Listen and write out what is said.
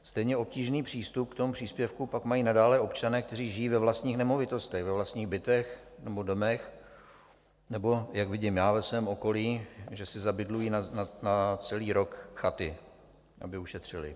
Stejně obtížný přístup k tomu příspěvku pak mají nadále občané, kteří žijí ve vlastních nemovitostech, ve vlastních bytech nebo domech nebo, jak vidím já ve svém okolí, že si zabydlují na celý rok chaty, aby ušetřili.